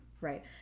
Right